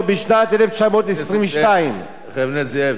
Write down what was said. עוד בשנת 1922. חבר הכנסת זאב,